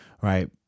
right